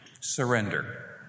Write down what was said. surrender